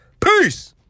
Peace